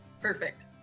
Perfect